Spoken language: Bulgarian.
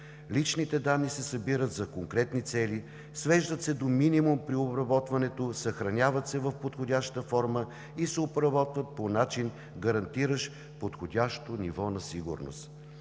Личните данни се събират за конкретни цели, свеждат се до минимум при обработването, съхраняват се в подходяща форма и се обработват по начин, гарантиращ подходящо ниво на сигурност.